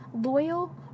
loyal